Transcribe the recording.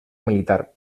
militar